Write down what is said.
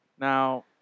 Now